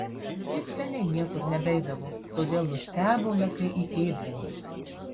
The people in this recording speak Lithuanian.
jis seniai niekur nebeidavo todėl nustebome kai įkėblino